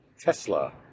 Tesla